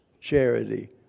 charity